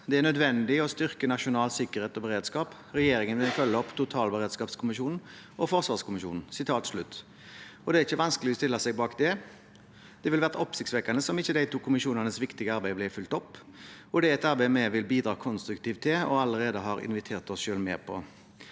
«Det er nødvendig å styrke nasjonal sikkerhet og beredskap. Regjeringen vil følge opp totalberedskapskommisjonen og forsvarskommisjonen.» Det er ikke vanskelig å stille seg bak det. Det ville vært oppsiktsvekkende om ikke de to kommisjonenes viktige arbeid blir fulgt opp, og det er et arbeid vi vil bidra konstruktivt til og allerede har invitert oss selv med på.